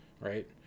right